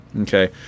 Okay